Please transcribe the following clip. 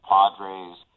Padres